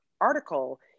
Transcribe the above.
article